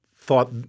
thought